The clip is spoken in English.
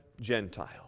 Gentile